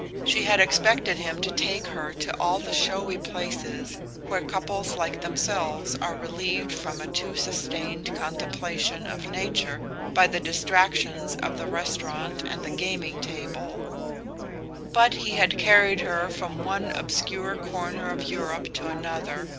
she had expected him to take her to all the showy places where couples like themselves are relieved from a too sustained contemplation of nature by the distractions of the restaurant and the gaming-table but he had carried her from one obscure corner of europe to another,